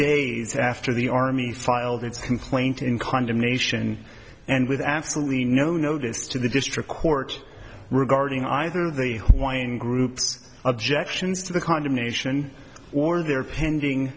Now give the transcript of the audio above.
days after the army filed its complaint in condemnation and with absolutely no notice to the district court regarding either the why and groups objections to the condemnation or their pending